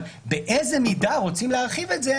אבל באיזו מידה רוצים להרחיב את זה,